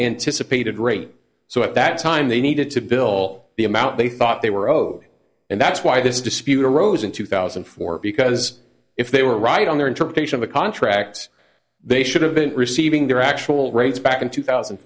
anticipated rate so at that time they needed to bill the amount they thought they were owed and that's why this dispute arose in two thousand and four because if they were right on their interpretation of the contracts they should have been receiving their actual rights back in two thousand